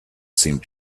seemed